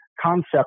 concept